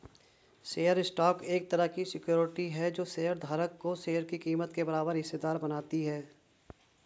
share stock एक तरह की सिक्योरिटी है जो शेयर धारक को शेयर की कीमत के बराबर हिस्सेदार बनाती है